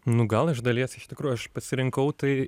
nu gal iš dalies iš tikrųjų aš pasirinkau tai